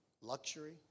luxury